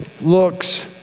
looks